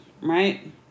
right